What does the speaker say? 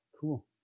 Cool